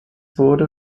wurde